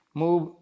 move